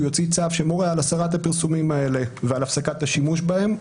יוציא צו שמורה על הסרת הפרסומים האלה ועל הפסקת השימוש בהם,